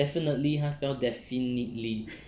definitely 他 spell 成 defineatly